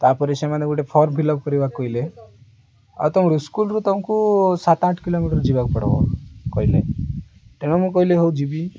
ତାପରେ ସେମାନେ ଗୋଟେ ଫର୍ମ ଫିଲଅପ୍ କରିବାକୁ କହିଲେ ଆଉ ତୁମର ସ୍କୁଲ୍ରୁ ତୁମକୁ ସାତ ଆଠ କିଲୋମିଟର ଯିବାକୁ ପଡ଼ିବ କହିଲେ ତେଣୁ ମୁଁ କହିଲି ହଉ ଯିବି